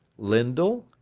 lyndal,